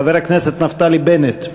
חבר הכנסת נפתלי בנט,